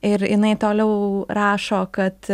ir jinai toliau rašo kad